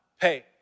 pay